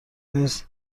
نیز